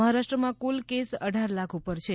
મહારાષ્ટ્રમાં કુલ કેસ અઢાર લાખ ઉપર છે